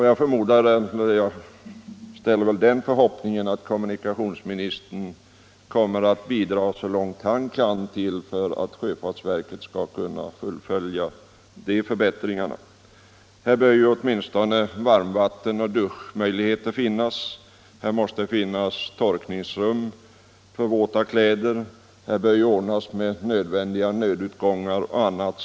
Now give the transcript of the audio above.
Jag har den förhoppningen att kommunikationsministern kommer att medverka så långt han kan för att nu sjöfartsverket skall göra dessa förbättringar. Åtminstone bör varmvatten och duschmöjligheter finnas. Det måste vidare finnas torkningsrum för våta kläder, och det bör ordnas med nödutgångar och annat.